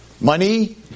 Money